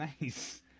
Nice